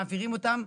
מעבירים אותם,